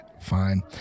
Fine